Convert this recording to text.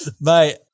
mate